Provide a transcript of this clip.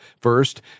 First